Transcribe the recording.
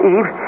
Eve